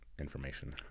information